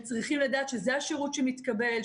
הציבור צריך לדעת שזה השירות שמתקבל,